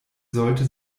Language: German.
sollte